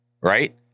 right